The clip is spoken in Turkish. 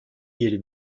yeri